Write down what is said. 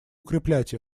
укреплять